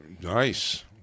Nice